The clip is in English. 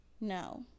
no